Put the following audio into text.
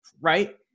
right